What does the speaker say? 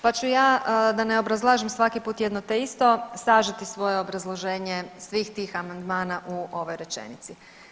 Pa ću ja da ne obrazlažem svaki put jedno te isto sažeti svoje obrazloženje svih tih amandmana u ovoj rečenici.